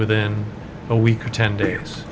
within a week or ten days